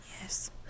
Yes